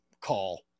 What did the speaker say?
call